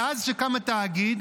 מאז שקם התאגיד,